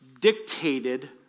dictated